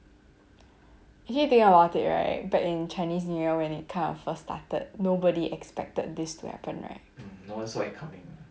actually you think about it right back in chinese new year when it kind of first started nobody expected this to happen right no so I coming